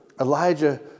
Elijah